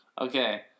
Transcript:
Okay